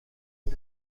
مگه